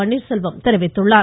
பன்னீர்செல்வம் தெரிவித்துள்ளார்